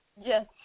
Yes